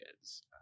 kids